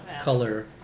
color